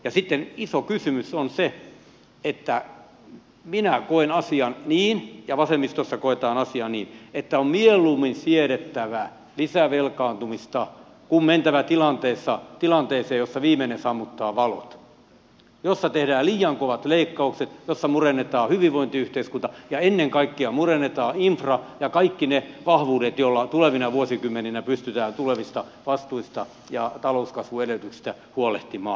sitten iso kysymys on se että minä koen asian niin ja vasemmistossa koetaan asia niin että on mieluummin siedettävä lisävelkaantumista kuin mentävä tilanteeseen jossa viimeinen sammuttaa valot jossa tehdään liian kovat leikkaukset jossa murennetaan hyvinvointiyhteiskunta ja ennen kaikkea murennetaan infra ja kaikki ne vahvuudet joilla tulevina vuosikymmeninä pystytään tulevista vastuista ja talouskasvun edellytyksistä huolehtimaan